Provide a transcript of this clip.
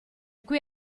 qui